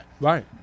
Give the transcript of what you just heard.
Right